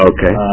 Okay